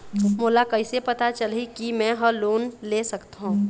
मोला कइसे पता चलही कि मैं ह लोन ले सकथों?